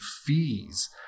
fees